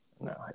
No